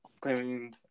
claiming